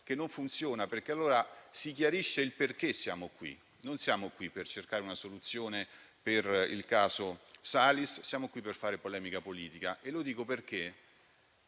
che non funziona, perché allora si chiarisce il perché siamo qui. Noi siamo qui per cercare una soluzione per il caso Salis o siamo qui per fare polemica politica? Noi dovremmo